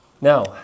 Now